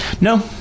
No